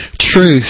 Truth